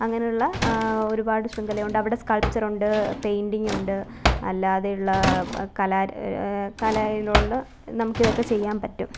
അങ്ങനെയുള്ള ഒരുപാട് ശൃംഖലയുണ്ട് അവിടെ സ്കള്പ്ച്ചര് ഉണ്ട് പെയിന്റിങ്ങുണ്ട് അല്ലാതെയുള്ള കലയിലുള്ള നമുക്ക് ഇതൊക്കെ ചെയ്യാൻ പറ്റും